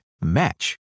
match